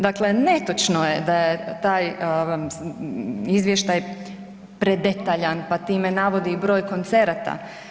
Dakle, netočno je da je taj izvještaj predetaljan, pa time navodi i broj koncerata.